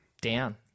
down